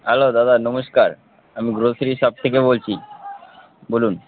hello দাদা নমস্কার আমি গ্রোসারি শপ থেকে বলছি বলুন